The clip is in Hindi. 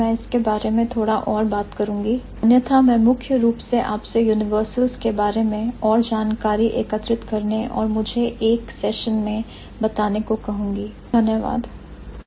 keyword existential statement distributional statement phonetic universal implicational universal unrestricted universal paradigmatic universal syntagmatic universal Greenbergian universal reflexive universal paradigmatic implication syntagmatic implication reflexes implication